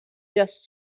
just